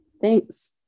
thanks